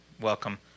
welcome